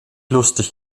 lustig